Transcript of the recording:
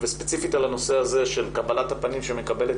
וספציפית על הנושא הזה של קבלת הפנים שמקבלת